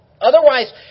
Otherwise